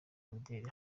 mideli